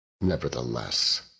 Nevertheless